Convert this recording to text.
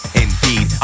indeed